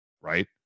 right